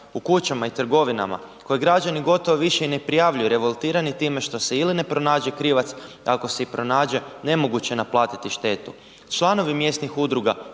u kućama i trgovinama koje građani više i ne prijavljuju revoltirani time što se ili ne pronađe krivac, ako se i pronađe nemoguće je naplatiti štetu. Članovi mjesnih udruga